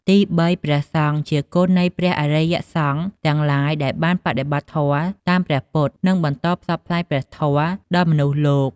ទីបី ព្រះសង្ឃ ជាគុណនៃព្រះអរិយសង្ឃទាំងឡាយដែលបានបដិបត្តិធម៌តាមព្រះពុទ្ធ និងបន្តផ្សព្វផ្សាយព្រះធម៌ដល់មនុស្សលោក។